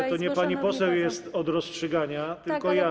Ale to nie pani poseł jest od rozstrzygania, tylko ja.